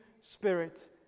spirit